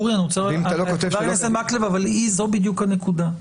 חבר הכנסת מקלב, זו בדיוק הנקודה.